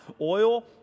oil